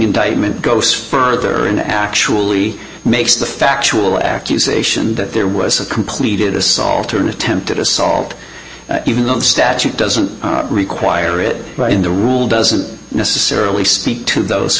indictment goes further and actually makes the factual accusation that there was a completed assault or an attempted assault even though the statute doesn't require it in the rule doesn't necessarily speak to those